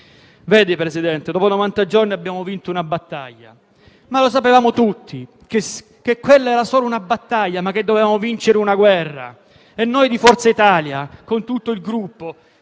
Presidente, dopo novanta giorni abbiamo vinto una battaglia, ma lo sapevamo tutti che era solo una battaglia e dovevamo vincere una guerra. E noi di Forza Italia, con tutto il Gruppo